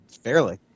Fairly